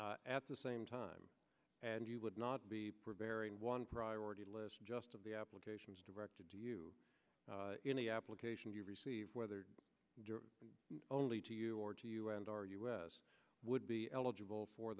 us at the same time and you would not be preparing one priority list just of the applications directed to you applications you receive weather only to you or to you and or us would be eligible for